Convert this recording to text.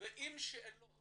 עם שאלות